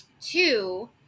Two